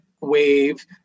wave